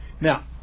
Now